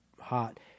hot